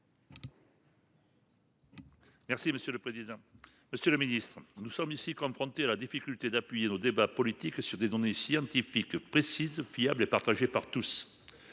M. Denis Bouad. Monsieur le ministre, nous sommes confrontés à la difficulté de faire reposer nos débats politiques sur des données scientifiques précises, fiables et partagées par tous.